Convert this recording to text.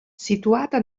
situata